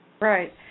Right